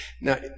Now